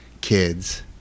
Kids